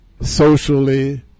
socially